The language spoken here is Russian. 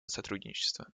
сотрудничества